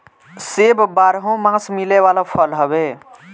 सेब बारहोमास मिले वाला फल हवे